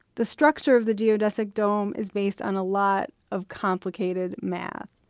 the structure of the geodesic dome is based on a lot of complicated math.